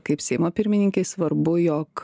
kaip seimo pirmininkei svarbu jog